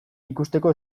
ikusteko